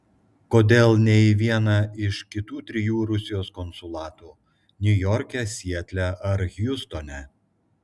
kodėl ne į vieną iš kitų trijų rusijos konsulatų niujorke sietle ar hjustone